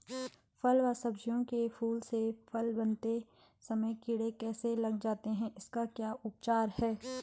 फ़ल व सब्जियों के फूल से फल बनते समय कीड़े कैसे लग जाते हैं इसका क्या उपचार है?